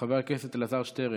חבר הכנסת אלעזר שטרן,